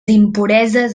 impureses